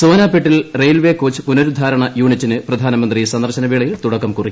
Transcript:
സോനാപെട്ടിൽ railway coach പുനരുദ്ധാരണ യൂണിറ്റിന് പ്രധാനമന്ത്രി സന്ദർശന വേളയിൽ തുടക്കം കുറിക്കും